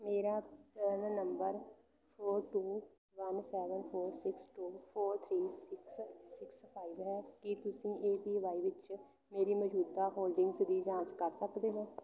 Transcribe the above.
ਮੇਰਾ PRAN number four two one seven four six two four three six six five ਹੈ ਕੀ ਤੁਸੀਂ A P Y ਵਿੱਚ ਮੇਰੀ ਮੌਜੂਦਾ ਹੋਲਡਿੰਗਜ਼ ਦੀ ਜਾਂਚ ਕਰ ਸਕਦੇ ਹੋ